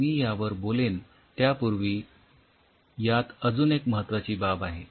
आणि मी यावर बोलेन त्यापूर्वी यात अजून एक महत्वाची बाब आहे